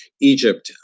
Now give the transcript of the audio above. Egypt